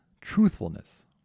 truthfulness